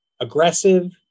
aggressive